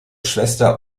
schwester